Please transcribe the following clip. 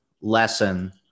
lesson